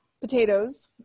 potatoes